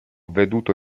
veduto